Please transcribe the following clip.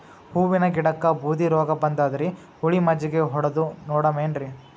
ಹೂವಿನ ಗಿಡಕ್ಕ ಬೂದಿ ರೋಗಬಂದದರಿ, ಹುಳಿ ಮಜ್ಜಗಿ ಹೊಡದು ನೋಡಮ ಏನ್ರೀ?